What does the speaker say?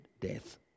death